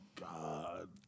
God